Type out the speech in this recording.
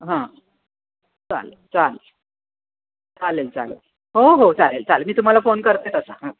हां चालेल चालेल चालेल चालेल हो हो चालेल चालेल मी तुम्हाला फोन करते तसा हां